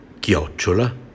Chiocciola